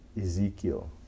Ezekiel